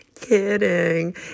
Kidding